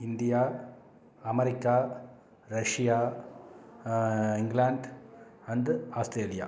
India America Russia England and Australia